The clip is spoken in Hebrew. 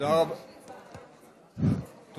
נא